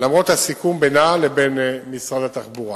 למרות הסיכום בינה לבין משרד התחבורה.